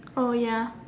oh ya